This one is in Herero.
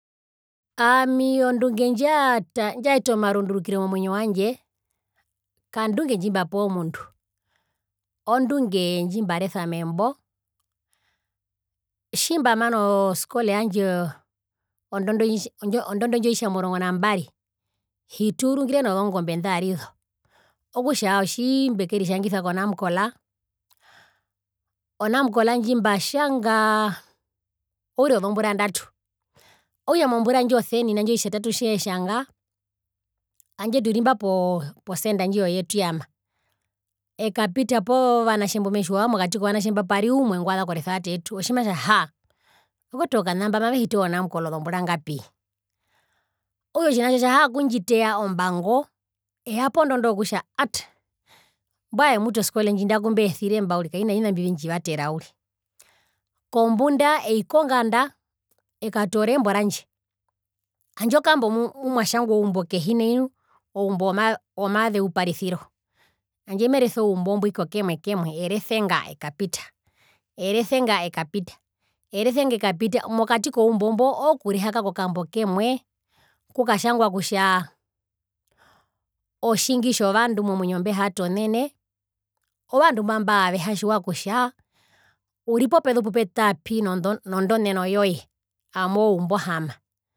Aami ondunge ndjataa ndjaeta omarundurukiro momwinyo wandje kandunge ndjimbapewa omundu ondunge ndjimbaresa membo tjimbamana oskole yandje ondondo oitja ondondo ndji oitjamurongo nambari hituurungire nozongombe ndarizo okutja otjii mbekeritjangisa ko namcol, o namcol ndji mbatjangaa oure wozombura ndatu okutja mombura ndji osenina ndji oitjatatu tjeetjanga handje turimba po center ndji yo yetuyamaekapita povanatje mbumetjiwa pokati kovanatje mbo pari umwe ngwaza koresevate yetu otjimatja haa vakwetu okanamba mavehiti o namcol ozombura ngapi okutja otjina tjo tjahaa kundjiteya ombango eya pondondo yokutja at mbwae mutu oskole ndji nandaku mbeesire mba uriri kaina vina mbindjivatera uriri, kombunda ei konganda ekatoora embo randje handje okambo mumwatjangwa oumbo kehi nai nu oumbo womazeuparisiro hanjde merese oumbo mbwi kokemwe kemwe erese nga ekapita erese nga ekapita erese nga ekapita mokati koumbo mbo ookurihaka kokambo kemwe kukatjangwa kokutja otjingi tjovandu momwinyo mbehatonene ovandu mba mbavehatjiwa kutja uri popezu pupetapi nondo ndoneno yoye amoumbu ohama.